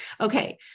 Okay